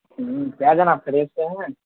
کیا جناب خیریت سے ہیں